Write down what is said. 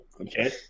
Okay